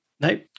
No